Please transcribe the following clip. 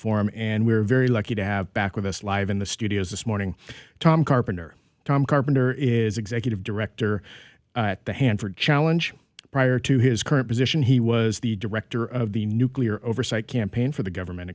forum and we're very lucky to have back with us live in the studios this morning tom carpenter tom carpenter is executive director at the hanford challenge prior to his current position he was the director of the nuclear oversight campaign for the government